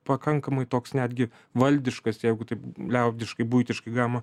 pakankamai toks netgi valdiškas jeigu taip liaudiškai buitiškai galima